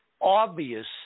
obvious